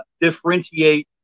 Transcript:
differentiate